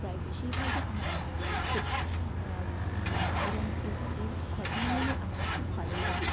প্রায় বেশিরভাগই আমার মনে রয়েছে এবং এই এই ঘটনাগুলি আমার খুব ভালো লাগে